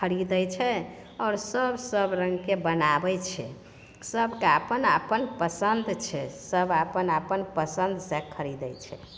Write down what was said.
खरीदै छै आओर सब सब रङ्गके बनाबैत छै सबके आपन आपन पसन्द छै सब आपन आपन पसन्द से खरीदै छै